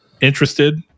interested